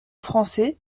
français